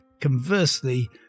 conversely